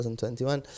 2021